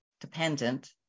dependent